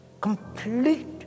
complete